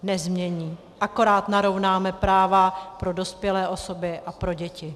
Nezmění, akorát narovnáme práva pro dospělé osoby a pro děti.